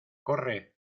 corre